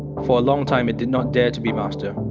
for a long time, it did not dare to be master.